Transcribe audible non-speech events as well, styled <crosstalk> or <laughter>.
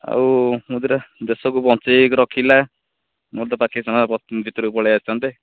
ଆଉ ମୋଦୀଟା ଦେଶକୁ ବଞ୍ଚେଇକି ରଖିଲା ନ ହେଲେ ତ ପାକିସ୍ଥାନ <unintelligible> ଭିତରକୁ ପଳେଇ ଆସିଥାନ୍ତେ